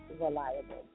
reliable